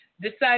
decided